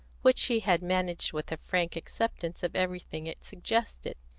which she had managed with a frank acceptance of everything it suggested.